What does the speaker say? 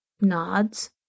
nods